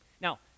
Now